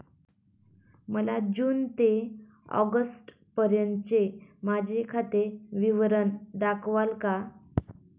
मला जून ते ऑगस्टपर्यंतचे माझे खाते विवरण दाखवाल का?